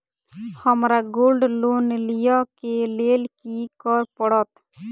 हमरा gold loan लिय केँ लेल की करऽ पड़त?